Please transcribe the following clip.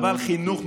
אבל חינוך,